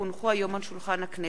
כי הונחו היום על שולחן הכנסת,